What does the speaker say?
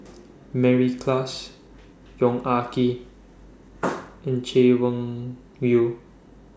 Mary Klass Yong Ah Kee and Chay Weng Yew